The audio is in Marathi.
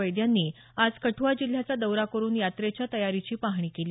वैद यांनी आज कठआ जिल्ह्याचा दौरा करून यात्रेच्या तयारीची पाहणी केली